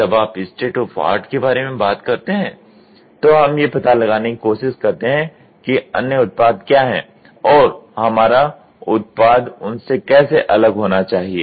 जब आप state of art के बारे में बात करते हैं तो हम ये पता लगाने कि कोशिश करते हैं कि अन्य उत्पाद क्या हैं और हमारा उत्पाद उनसे कैसे अलग होना चाहिए